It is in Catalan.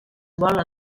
volen